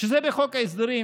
כשזה בחוק ההסדרים